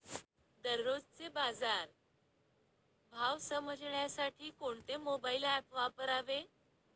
दररोजचे बाजार भाव समजण्यासाठी कोणते मोबाईल ॲप वापरावे?